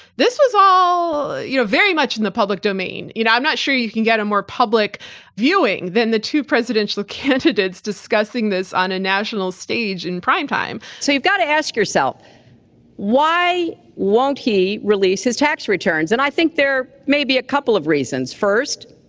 this was all you know very much in the public domain. you know i'm not sure you can get a more public viewing than the two presidential candidates discussing this on a national stage in primetime. so you've got to ask yourself why won't he release his tax returns and i think there may be a couple of reasons. first,